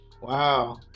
Wow